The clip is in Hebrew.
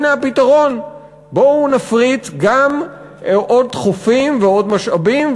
הנה הפתרון: בואו נפריט גם עוד חופים ועוד משאבים,